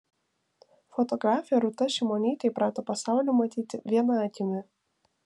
fotografė rūta šimonytė įprato pasaulį matyti viena akimi